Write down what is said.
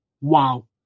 Wow